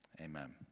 Amen